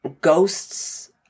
ghosts